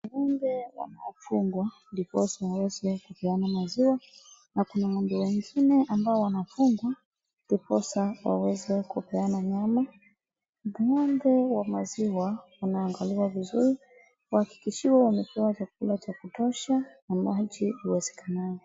Ng'ombe wanafungwa ndiposa waweze kupatiana maziwa na kuna ng'ombe wengine ambao wanafungwa ndiposa waweze kupeana nyama. Ng'ombe wa maziwa anaagaliwa vizuri, huhakikishiwa wamepewa chakula cha kutosha na maji iwezekanavyo.